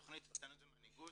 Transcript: תכנית --- ומנהיגות,